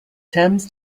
thames